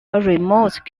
remote